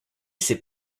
ses